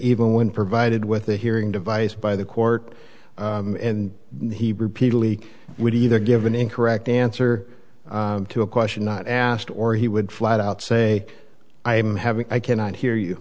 even when provided with the hearing device by the court and he repeatedly would either give an incorrect answer to a question not asked or he would flat out say i am having i cannot hear you